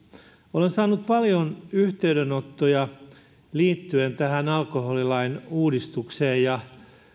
olen saanut paljon yhteydenottoja liittyen alkoholilain uudistukseen ja